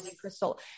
Crystal